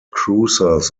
cruisers